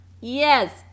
yes